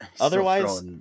otherwise